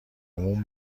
عموم